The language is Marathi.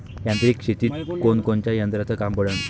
यांत्रिक शेतीत कोनकोनच्या यंत्राचं काम पडन?